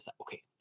okay